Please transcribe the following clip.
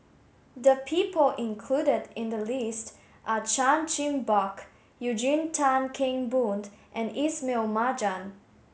the people included in the list are Chan Chin Bock Eugene Tan Kheng Boon and Ismail Marjan